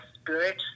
spirit